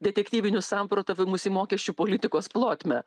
detektyvinius samprotavimus į mokesčių politikos plotmę